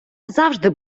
завжди